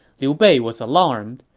liu bei was alarmed,